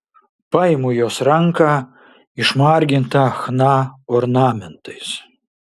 paimu jos ranką išmargintą chna ornamentais